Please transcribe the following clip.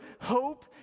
hope